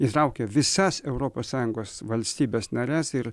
įtraukė visas europos sąjungos valstybes nares ir